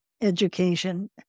education